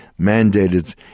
mandated